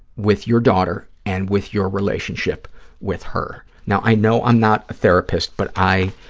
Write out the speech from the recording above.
with your daughter and with your relationship with her. now, i know i'm not a therapist, but i